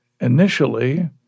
initially